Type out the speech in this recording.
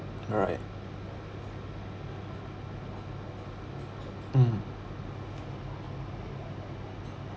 right mm